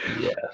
Yes